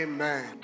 Amen